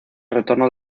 retorno